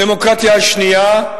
הדמוקרטיה השנייה,